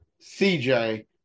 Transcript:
CJ